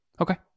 Okay